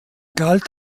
galt